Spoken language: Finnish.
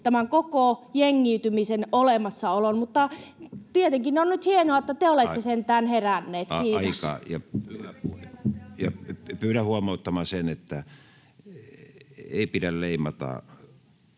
tämän koko jengiytymisen olemassaolon, mutta tietenkin on nyt hienoa, [Puhemies: Aika!] että te olette sentään heränneet. — Kiitos. Pyydän huomioimaan sen, että ei pidä leimata